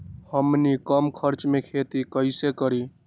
हमनी कम खर्च मे खेती कई से करी?